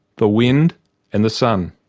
the wind and the sun.